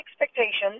expectations